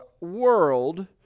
world